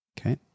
Okay